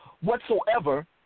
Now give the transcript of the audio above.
whatsoever